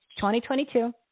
2022